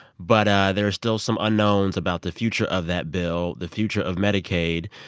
but there are still some unknowns about the future of that bill, the future of medicaid,